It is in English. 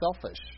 selfish